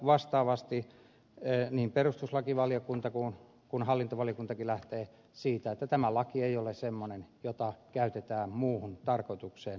vastaavasti niin perustuslakivaliokunta kuin hallintovaliokuntakin lähtee siitä että tämä laki ei ole semmoinen jota käytetään muuhun tarkoitukseen